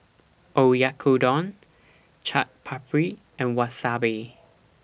Oyakodon Chaat Papri and Wasabi